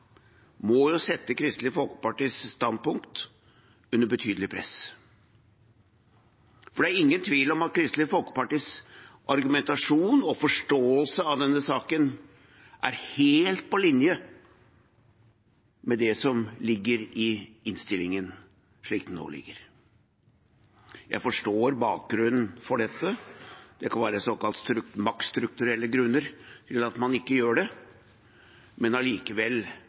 må sette Kristelig Folkepartis standpunkt under betydelig press. For det er ingen tvil om at Kristelig Folkepartis argumentasjon i og forståelse av denne saken er helt på linje med det som ligger i innstillingen. Jeg forstår bakgrunnen for dette, det kan være såkalte maktstrukturelle grunner til at man ikke gjør det, men